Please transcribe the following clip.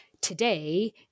today